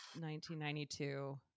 1992